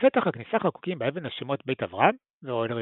בפתח הכניסה חקוקים באבן השמות "בית אברהם" ו"אהל רבקה.